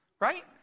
Right